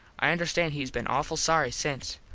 i understand hes been awful sorry since.